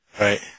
Right